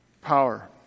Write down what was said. power